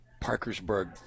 parkersburg